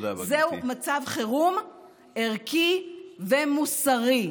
זהו מצב חירום ערכי ומוסרי.